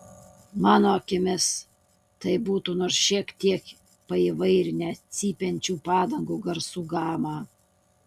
mano akimis tai būtų nors šiek tiek paįvairinę cypiančių padangų garsų gamą